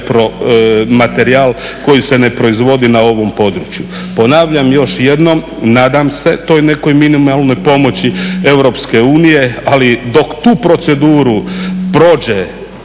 materijal koji se ne proizvodi na ovom području. Ponavljam još jednom, nadam se toj nekoj minimalnoj pomoći Europske unije, ali dok tu proceduru prođe